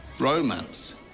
romance